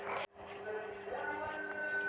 నా లక్ష్యాల కోసం నేను ఎంత ఆదా చేస్తాను?